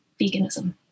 veganism